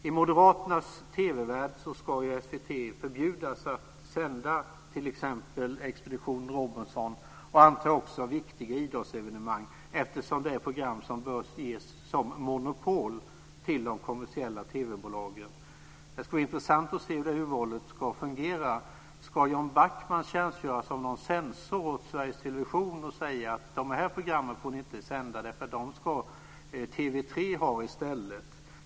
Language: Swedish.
I Moderaternas TV-värld ska SVT förbjudas att sända t.ex. Expedition Robinson och, antar jag, också viktiga idrottsevenemang, eftersom det är program som bör ges som monopol till de kommersiella TV-bolagen. Det skulle vara intressant att se hur urvalet ska fungera. Ska Jan Backman tjänstgöra som en censor åt Sveriges Television och säga vilka program de inte får sända därför att TV 3 ska ha dem?